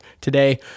today